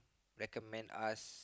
recommend us